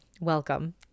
welcome